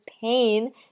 pain